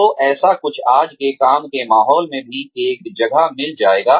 तो ऐसा कुछ आज के काम के माहौल में भी एक जगह मिल जाएगा